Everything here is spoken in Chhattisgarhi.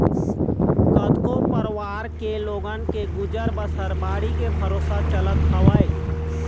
कतको परवार के लोगन के गुजर बसर बाड़ी के भरोसा चलत हवय